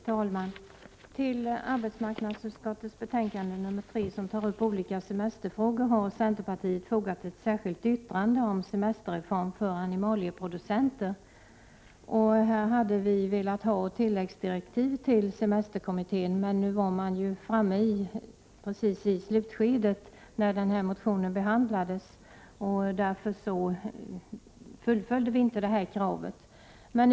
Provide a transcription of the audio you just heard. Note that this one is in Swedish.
Fru talman! Till arbetsmarknadsutskottets betänkande nr 3, som tar upp olika semesterfrågor, har centerpartiet fogat ett särskilt yttrande om en semesterreform för animalieproducenter. Vi hade velat ha ett tilläggsdirektiv till semesterkommittén, men eftersom semesterkommittén befann sig i slutskedet av sitt arbete då motionen behandlades fullföljde vi inte detta krav.